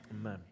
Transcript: Amen